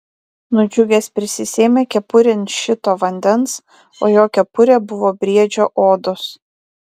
nudžiugęs prisisėmė kepurėn šito vandens o jo kepurė buvo briedžio odos